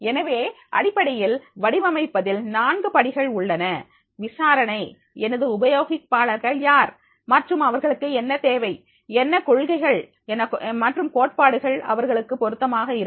எனவே அடிப்படையில் வடிவமைப்பதில் நான்கு படிகள் உள்ளன விசாரணை எனது உபயோகிப்பாளர்கள் யார் மற்றும் அவர்களுக்கு என்ன தேவை என்ன கொள்கைகள் மற்றும் கோட்பாடுகள் அவர்களுக்கு பொருத்தமாக இருக்கும்